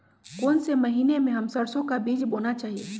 कौन से महीने में हम सरसो का बीज बोना चाहिए?